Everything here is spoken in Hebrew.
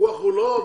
הוויכוח הוא לא בזה.